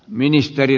ministeri